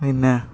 പിന്നെ